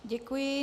Děkuji.